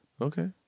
Okay